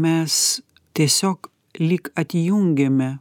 mes tiesiog lyg atjungiame